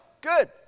Good